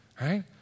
right